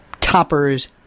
toppers